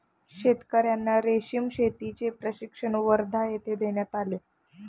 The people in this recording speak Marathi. शेतकर्यांना रेशीम शेतीचे प्रशिक्षण वर्धा येथे देण्यात आले